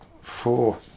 four